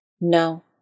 No